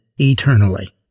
eternally